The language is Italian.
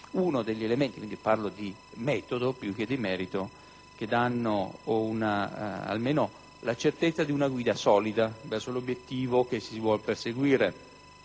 uno degli elementi - parlo di metodo, più che di merito - che danno la certezza di una guida solida verso l'obiettivo che si vuole perseguire,